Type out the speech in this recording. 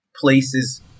places